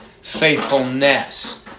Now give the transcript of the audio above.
faithfulness